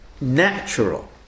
natural